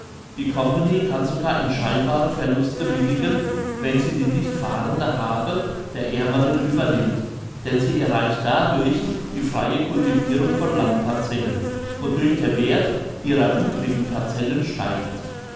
die company kann sogar in scheinbare verluste willigen wenn sie die nicht fahrende habe der aermeren übernimmt denn sie erreicht dadurch die freie cultivirung von landparzellen wodurch der werth ihrer übrigen parzellen steigt